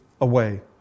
away